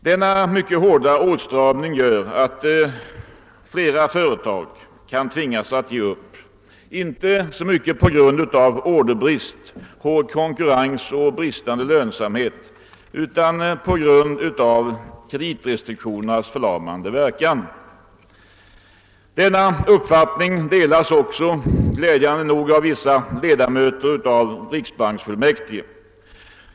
Denna mycket hårda åtstramning gör att flera företag kan tvingas att ge upp, inte så mycket på grund av orderbrist, hård konkurrens och bristande lönsamhet utan på grund av kreditrestriktionernas förlamande verkan. Denna uppfattning delas också glädjande nog av vissa ledamöter av riksbanksfullmäktige.